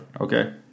okay